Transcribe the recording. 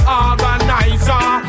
organizer